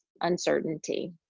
uncertainty